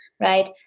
right